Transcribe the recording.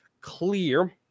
clear